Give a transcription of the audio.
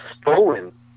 stolen